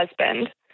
husband